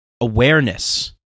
awareness